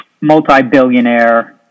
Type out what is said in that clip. multi-billionaire